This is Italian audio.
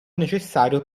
necessario